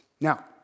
Now